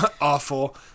awful